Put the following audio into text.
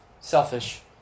selfish